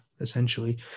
essentially